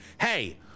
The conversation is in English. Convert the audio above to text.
hey